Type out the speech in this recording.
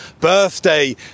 birthday